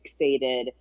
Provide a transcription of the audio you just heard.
fixated